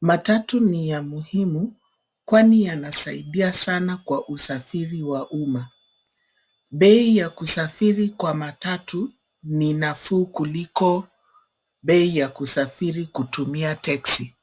Matatu ni ya muhimu, kwani yanasaidia sana kwa usafiri wa umma. Bei ya kusafiri kwa matatu ni nafuu kuliko bei ya kusafiri kutumia teksi.